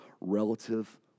relative